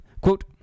quote